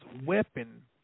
weapon